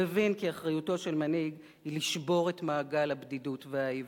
הוא הבין כי אחריותו של מנהיג היא לשבור את מעגל הבדידות והאיבה.